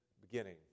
beginning